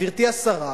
גברתי השרה,